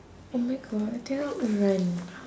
oh my god do you not run